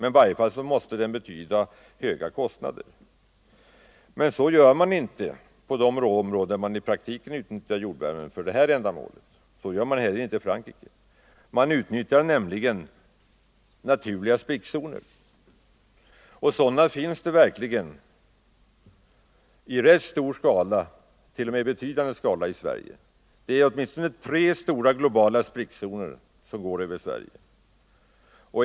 I varje fall måste den medföra höga kostnader. Men så gör man inte på de områden där man i praktiken utnyttjar jordvärmen för det här ändamålet. Så gör man heller inte t.ex. i Frankrike. Man utnyttjar nämligen naturliga sprickzoner och sådana finns det verkligen i betydande skala i Sverige. Det är åtminstone tre stora globala sprickzoner som går genom Sverige.